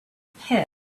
pit